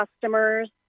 customers